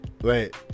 wait